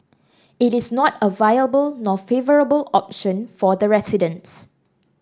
it is not a viable nor favourable option for the residents